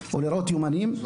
או לראות יומני נוכחות,